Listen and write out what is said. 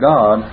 God